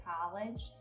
college